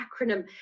acronym